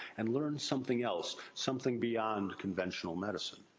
and learn something else. something beyond conventional medicine.